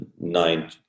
nine